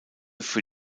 für